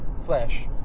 Flash